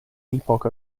epoch